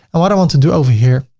and what i want to do over here.